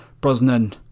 Brosnan